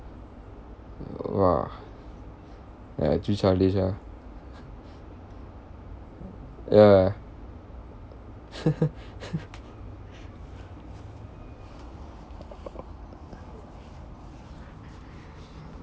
w~ !wah! ya too childish ah ya uh